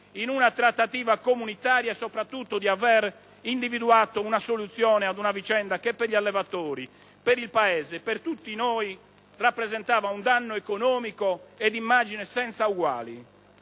in una trattativa comunitaria e, soprattutto, di aver individuato una soluzione ad una vicenda che per gli allevatori, per il Paese, e per tutti noi rappresentava un danno economico e di immagine senza eguali.